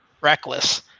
reckless